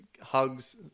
hugs